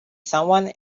someone